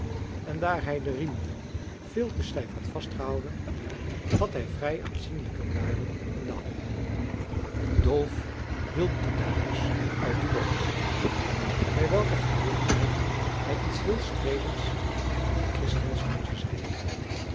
en daar hij de riemen veel te stijf had vastgehouden had hij vrij aanzienlijke blaren in de handen dolf hielp de dames uit de boot bij welke gelegenheid hij iets heel streelends van christiens voetje zei